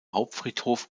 hauptfriedhof